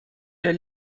der